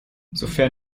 sofern